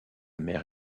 mère